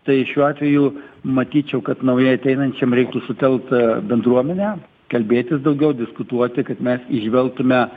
tai šiuo atveju matyčiau kad naujai ateinančiam reiktų sutelkt bendruomenę kalbėtis daugiau diskutuoti kad mes įžvelgtume